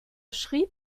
schrieb